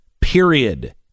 period